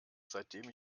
seitdem